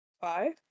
five